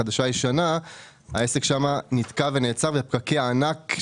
החדשה-ישנה למשרד העסק נתקע ונעצר ויש פקקי ענק,